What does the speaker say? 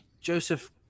joseph